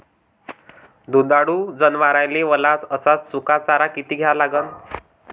दुधाळू जनावराइले वला अस सुका चारा किती द्या लागन?